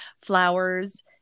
flowers